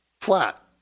Flat